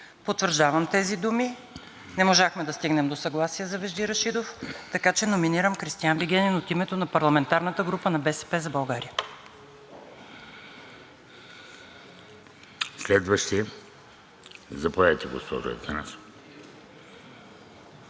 Потвърждавам тези думи. Не можахме да стигнем до съгласие за Вежди Рашидов, така че номинирам Кристиан Вигенин от името на парламентарната група на „БСП за България“. ВРЕМЕНЕН ПРЕДСЕДАТЕЛ ВЕЖДИ